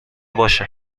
باشه